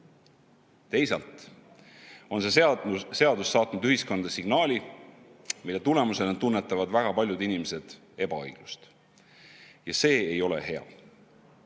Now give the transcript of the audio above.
Teisalt on see seadus saatnud ühiskonda signaali, mille tulemusena tunnetavad väga paljud inimesed ebaõiglust. Ja see ei ole hea.